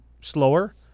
slower